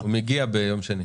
הוא מגיע ביום שני.